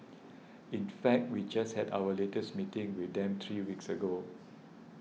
in fact we just had our latest meeting with them three weeks ago